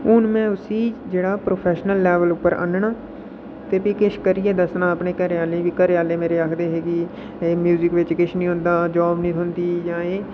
हून में उसी जेह्ड़ा प्रोफैशनल लेवल पर आह्नना ते फ्ही किश करियै दस्सना अपने घरें आह्लें गी घरें आह्ले मेरे आखदे हे कि म्यूजिक बिच किश निं होंदा जाॅब निं थ्होंदी जां एह्